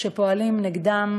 כשפועלים נגדן